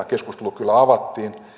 keskustelu kyllä avattiin